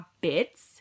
bits